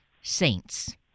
saints